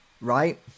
Right